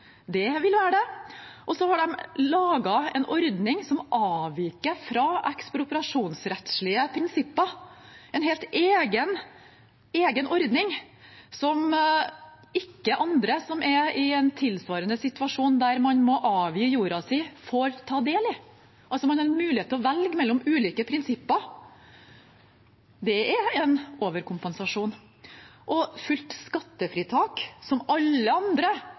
det vil være det. Og så har de laget en ordning som avviker fra ekspropriasjonsrettslige prinsipper, en helt egen ordning som ikke andre som er i en tilsvarende situasjon der en må avgi jorda si, får ta del i. Man har altså en mulighet til å velge mellom ulike prinsipper. Det er en overkompensasjon. Og fullt skattefritak, som alle andre